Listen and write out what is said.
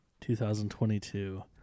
2022